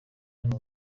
hano